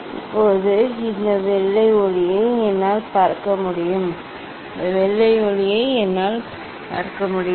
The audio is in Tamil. இப்போது இந்த வெள்ளை ஒளியை என்னால் பார்க்க முடியும் இந்த வெள்ளை ஒளியை என்னால் பார்க்க முடியும்